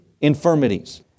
infirmities